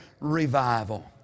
revival